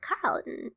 Carlton